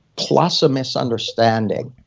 plus a missed understanding,